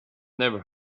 never